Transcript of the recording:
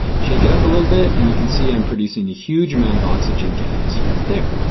shake it up a little bit and you can see i'm producing a huge amount of oxygen gas right there.